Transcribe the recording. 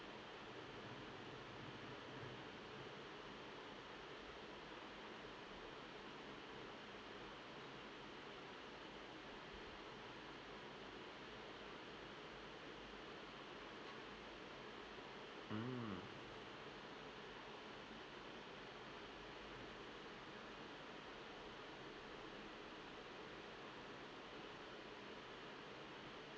mm